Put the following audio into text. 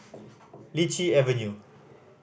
Lichi Avenue